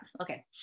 okay